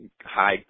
high